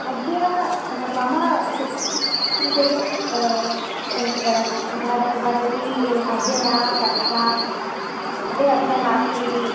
अद्य मम शिशुः कृते वद वदति अद्य न कक्षा अद्य कक्षा नास्ति इति